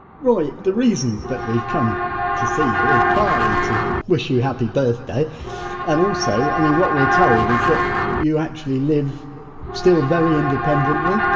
roy, the reason that we've come to see you is partly to wish you happy birthday and also, i mean what we're told is that you actually live still very independently,